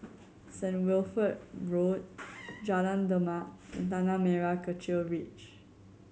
Saint Wilfred Road Jalan Demak and Tanah Merah Kechil Ridge